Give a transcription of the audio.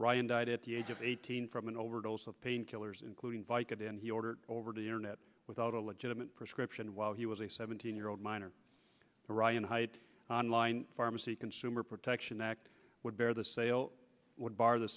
ryan died at the age of eighteen from an overdose of painkillers including vika and he ordered the internet without a legitimate prescription while he was a seventeen year old minor ryan height on line pharmacy consumer protection act would bear the sale would bar the